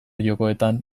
jokoetan